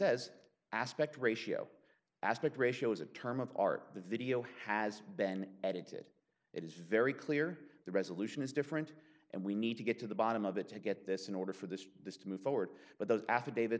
says aspect ratio aspect ratio is a term of art the video has been edited it is very clear the resolution is different and we need to get to the bottom of it to get this in order for this this to move forward but those affidavit